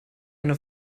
eine